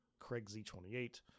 CraigZ28